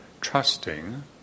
trusting